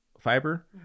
fiber